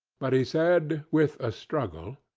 but he said with a struggle,